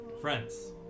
friends